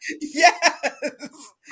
Yes